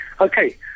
Okay